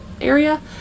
area